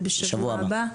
זה בשבוע הבא.